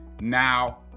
now